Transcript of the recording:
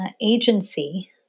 agency